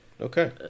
Okay